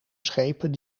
schepen